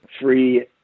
free